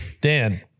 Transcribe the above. Dan